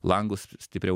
langus stipriau